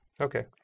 Okay